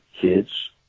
kids